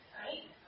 right